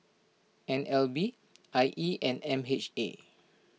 N L B I E and M H A